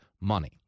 money